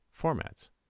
formats